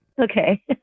Okay